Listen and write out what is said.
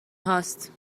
هاست